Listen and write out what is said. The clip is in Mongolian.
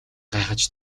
гайхаж